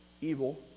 evil